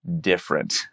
different